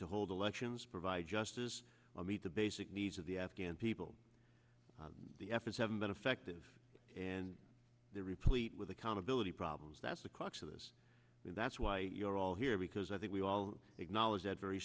to hold elections provide justice will meet the basic needs of the afghan people the efforts haven't been effective and they're replete with accountability problems that's the crux of this and that's why you're all here because i think we all acknowledge that very